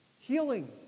Healing